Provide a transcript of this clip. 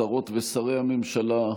שרות ושרי הממשלה,